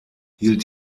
hielt